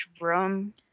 room